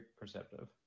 perceptive